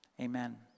Amen